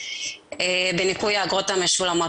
בניקוי האגרות המשולמות,